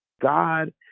God